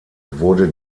wurde